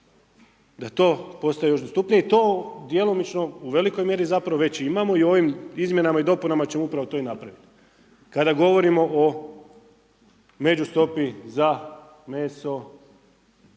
da to postaje još dostupnije i to djelomično u velikoj zapravo već imamo i ovim izmjenama i dopunama ćemo upravo to i napraviti. Kada govorimo o međustopi za meso,